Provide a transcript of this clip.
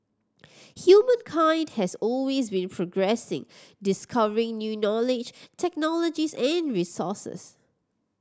humankind has always been progressing discovering new knowledge technologies and resources